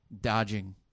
dodging